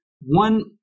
One